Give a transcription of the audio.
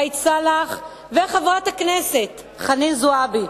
ראאד סלאח וחברת הכנסת חנין זועבי.